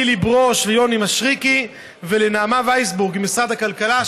נילי ברוש ויוני משריקי ולנעמה ויסבורג ממשרד הכלכלה,